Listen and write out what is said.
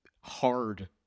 hard